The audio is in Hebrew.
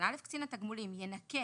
קצין תגמולים ינכה